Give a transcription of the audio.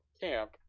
camp